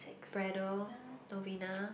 Braddell Novena